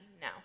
no